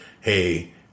hey